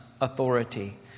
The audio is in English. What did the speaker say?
authority